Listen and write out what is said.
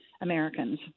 Americans